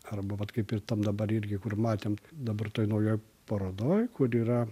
arba vat kaip ir tam dabar irgi kur matėm dabar toj naujoj parodoj kur yra